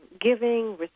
giving